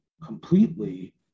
completely